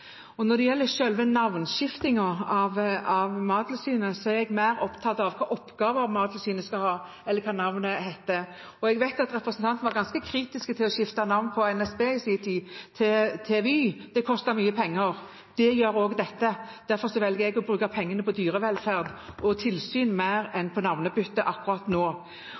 Når det gjelder et navnebytte for Mattilsynet, er jeg mer opptatt av hvilke oppgaver Mattilsynet skal ha, enn hvilket navn det skal ha. Jeg vet at representanten Knag Fylkesnes var ganske kritisk til å skifte navn på NSB i sin tid, til Vy – det kostet mye penger. Det gjør dette også. Derfor velger jeg å bruke pengene på dyrevelferd og tilsyn heller enn på navnebytte akkurat nå.